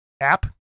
app